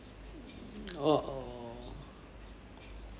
oh